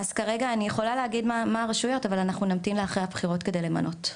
אז כרגע אני יכולה להגיד שאנחנו נמתין לאחרי הבחירות כדי למנות,